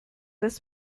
das